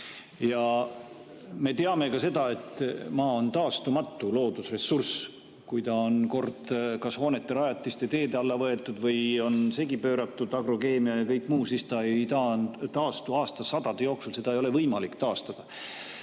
Me teame ka seda, et maa on taastumatu loodusressurss. Kui ta on kord kas hoonete, rajatiste või teede alla võetud, on segi pööratud agrokeemia ja kõik muu, siis ta ei taastu ka aastasadade jooksul, teda ei ole võimalik taastada.